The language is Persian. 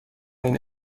این